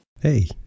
Hey